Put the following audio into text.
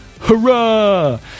Hurrah